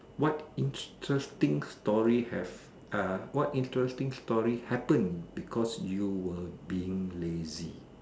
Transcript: what interesting story have uh what interesting story happen because you were being lazy